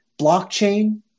blockchain